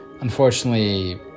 Unfortunately